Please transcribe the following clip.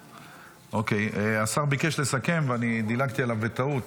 אוקיי, השר ביקש לסכם, ואני דילגתי עליו בטעות.